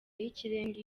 y’ikirenga